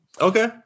okay